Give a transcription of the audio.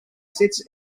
sits